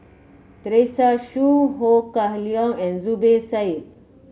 Teresa Hsu Ho Kah Leong and Zubir Said